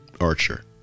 Archer